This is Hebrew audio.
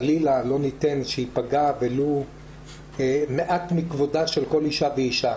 חלילה לא ניתן שיפגע ולו מעט מכבודה של כל אישה ואישה,